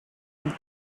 and